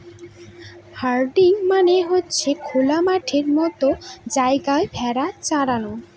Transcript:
herding মানে হচ্ছে খোলা মাঠের মতো জায়গায় ভেড়া চরানো